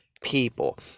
people